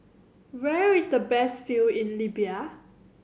where is the best view in Libya